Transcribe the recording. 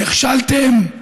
נכשלתם,